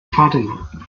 fatima